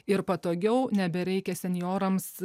ir patogiau nebereikia senjorams